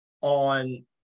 on